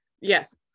Yes